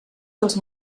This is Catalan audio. dels